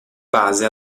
base